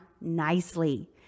nicely